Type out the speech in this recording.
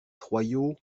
royaux